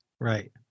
Right